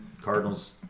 Cardinals